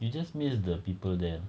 you just miss the people there